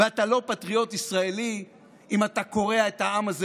ואתה לא פטריוט ישראלי אם אתה קורע את העם הזה